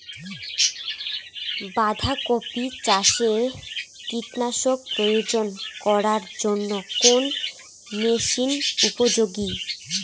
বাঁধা কপি চাষে কীটনাশক প্রয়োগ করার জন্য কোন মেশিন উপযোগী?